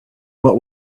what